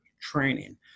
training